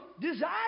desire